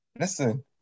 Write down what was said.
Listen